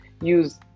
use